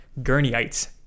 Gurneyites